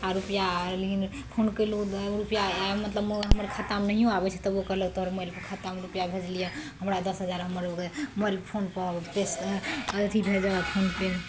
तऽ रूपैआ फोन कयलहुँ तऽ रूपैआ मतलब हमर खातामे नहियौ आबय छै तबो कहलक तोहर मोबाइलके खातामे रूपैआ भेजलियै हमरा दस हजार हमर मोबाइल फोनपर पे सी अथी भेजऽ